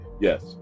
yes